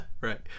Right